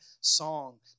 song